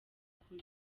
ukuri